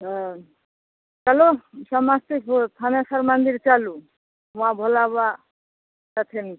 हुँ चलू समस्तीपुर थनेश्वर मन्दिर चलू वहाँ भोलाबाबा छथिन